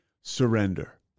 surrender